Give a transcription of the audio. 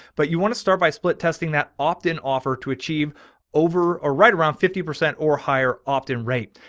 but you want to start by split testing that opt in offer to achieve over a right around fifty percent or higher opt in rate.